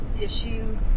issue